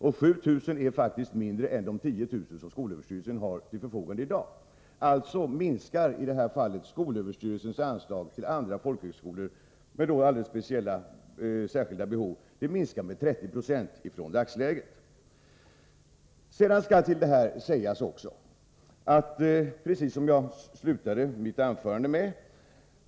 Och 7 000 är faktiskt mindre än de 10 000 som skolöverstyrelsen har till förfogande i dag. Alltså minskar skolöverstyrelsens anslag till andra folkhögskolor med särskilda behov med 30 90 från dagsläget. Sedan vill jag också ta upp det som jag slutade mitt inledningsanförande med.